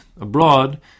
abroad